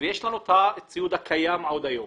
ויש לנו את הציוד הקיים היום.